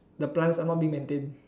the plants are not being maintained